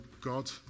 God